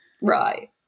Right